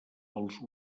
els